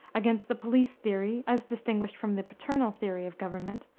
against the police theory, as distinguished from the paternal theory of government,